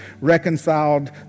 reconciled